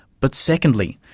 but secondly,